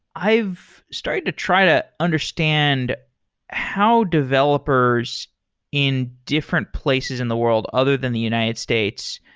i've started to try to understand how developers in different places in the world other than the united states,